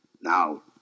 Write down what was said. Now